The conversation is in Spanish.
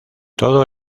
todo